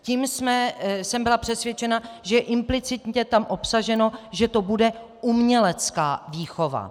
Tím jsem byla přesvědčena, že implicitně je tam obsaženo, že to bude umělecká výchova.